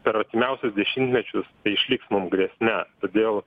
per artimiausius dešimtmečius tai išliks mum grėsme todėl